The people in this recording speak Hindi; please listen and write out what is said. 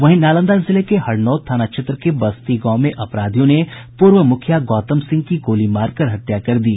वहीं नालंदा जिले के हरनौत थाना क्षेत्र के बस्ती गांव में अपराधियों ने पूर्व मुखिया गौतम सिंह की गोली मारकर हत्या कर दी